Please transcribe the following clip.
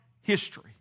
history